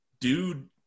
Dude